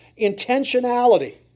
intentionality